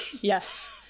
Yes